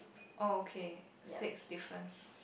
oh okay six difference